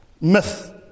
myth